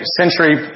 century